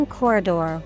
corridor